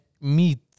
meet